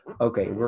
okay